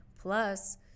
plus